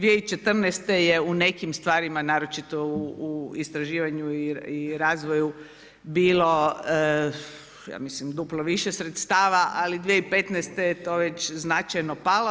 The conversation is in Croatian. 2014. je u nekim stvarima naročito u istraživanju i razvoju bilo ja mislim duplo više sredstava, ali 2015. je to već značajno palo.